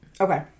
Okay